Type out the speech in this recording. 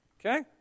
Okay